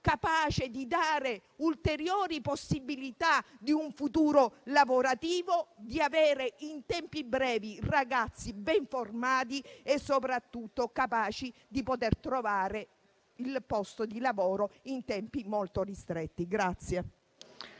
capace di dare ulteriori possibilità di un futuro lavorativo, di avere in tempi brevi ragazzi ben formati e soprattutto capaci di trovare un posto di lavoro.